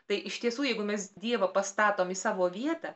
tai iš tiesų jeigu mes dievą pastatom į savo vietą